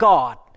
God